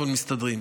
אבל מסתדרים.